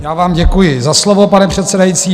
Já vám děkuji za slovo, pane předsedající.